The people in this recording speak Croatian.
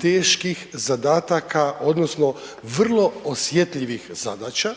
teških zadataka odnosno vrlo osjetljivih zadaća,